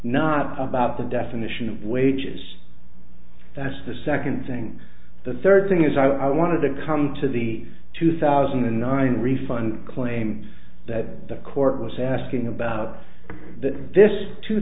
not about the definition of wages that's the second thing the third thing is i wanted to come to the two thousand and nine refund claims that the court was asking about that this two